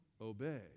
obey